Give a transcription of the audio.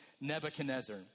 Nebuchadnezzar